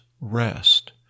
rest